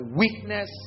weakness